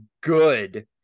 good